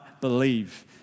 believe